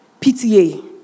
PTA